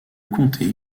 comté